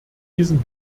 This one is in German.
diesen